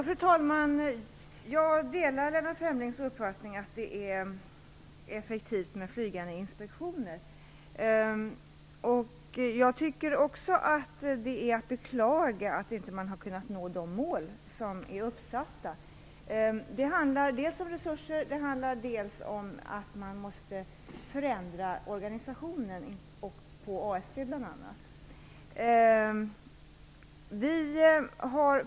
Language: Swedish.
Fru talman! Jag delar Lennart Fremlings uppfattning att det är effektivt med flygande inspektioner. Jag tycker också att det är att beklaga att man inte har kunnat nå de mål som är uppsatta. Det handlar dels om resurser, dels om att man måste förändra organisationen på ASB, bl.a.